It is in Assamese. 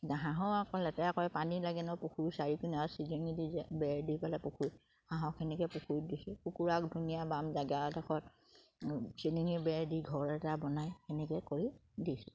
হাঁহৰ আকৌ লেতেৰা পানী লাগে ন পুখুৰী চাৰি পিনে আৰু চিলিঙি দি বেৰ দি পেলাই পুখুৰী হাঁহক সেনেকে পুখুৰীত দিছে কুকুৰাক ধুনীয়া বাম জেগা এডখৰত চিলিঙি বেৰ দি ঘৰ এটা বনাই সেনেকে কৰি দিছোঁ